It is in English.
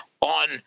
on